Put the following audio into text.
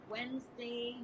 Wednesday